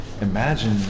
Imagine